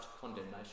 condemnation